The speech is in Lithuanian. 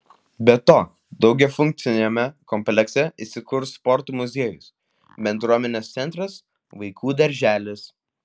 be to daugiafunkciame komplekse įsikurs sporto muziejus bendruomenės centras vaikų darželis